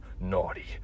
naughty